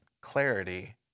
clarity